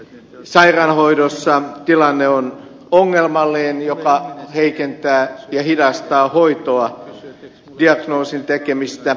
sairaanhoidossa tilanne on ongelmallinen mikä heikentää ja hidastaa hoitoa diagnoosin tekemistä